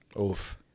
Oof